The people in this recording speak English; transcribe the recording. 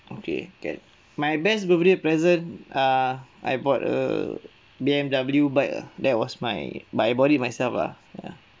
okay can my best birthday present err I bought a B_M_W bike uh that was my but I bought it myself lah ya